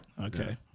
Okay